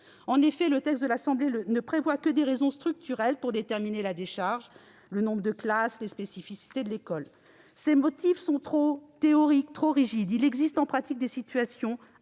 En effet, le texte de l'Assemblée nationale ne prévoit que des raisons structurelles pour déterminer la décharge, à savoir le nombre de classes et les spécificités de l'école. Ces motifs sont trop théoriques et trop rigides. Il existe en pratique des situations